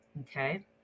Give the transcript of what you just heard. Okay